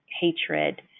hatred